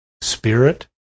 spirit